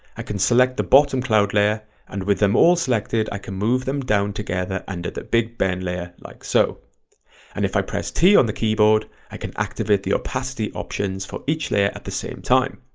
i can select the bottom cloud layer and with them all selected i can move them down together under the big ben layer like so and if i press t on the keyboard i can activate the opacity options for each layer at the same time,